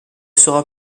sera